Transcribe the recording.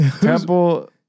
Temple